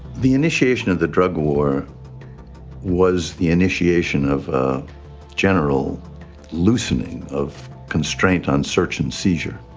the initiation of the drug war was the initiation of a general loosening of const raint on search and seizure.